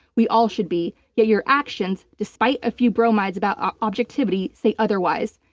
we all should be. yet your actions despite a few bromides about objectivity say otherwise.